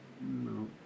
No